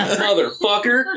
motherfucker